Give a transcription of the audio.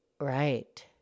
Right